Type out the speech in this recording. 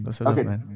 Okay